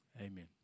Amen